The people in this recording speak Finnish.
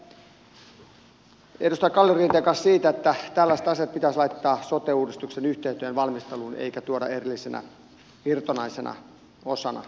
olen samaa mieltä edustaja kalliorinteen kanssa siitä että tällaiset asiat pitäisi laittaa sote uudistuksen yhteyteen valmisteluun eikä tuoda erillisenä irtonaisena osana kuten nyt tehdään